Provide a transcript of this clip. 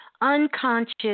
unconscious